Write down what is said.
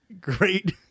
great